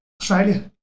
Australia